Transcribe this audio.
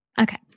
okay